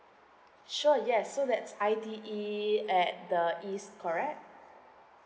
sure yes so that's I_T_E at the east correct